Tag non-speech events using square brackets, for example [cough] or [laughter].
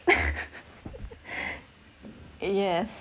[laughs] yes